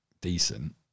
decent